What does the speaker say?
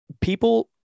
people